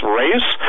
race